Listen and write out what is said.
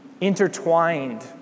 Intertwined